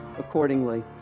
Accordingly